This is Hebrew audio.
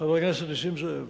חבר הכנסת נסים זאב,